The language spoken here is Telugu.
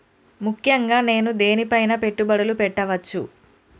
ముఖ్యంగా నేను దేని పైనా పెట్టుబడులు పెట్టవచ్చు?